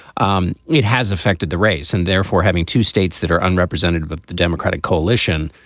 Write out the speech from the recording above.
um it has affected the race and therefore having two states that are unrepresentative of the democratic coalition.